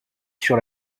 sur